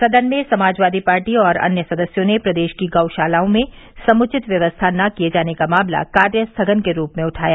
सदन में समाजवादी पार्टी एवं अन्य सदस्यों ने प्रदेश की गौशालाओं में समुचित व्यवस्था न किये जाने का मामला कार्य स्थगन के रूप में उठाया